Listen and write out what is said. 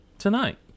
tonight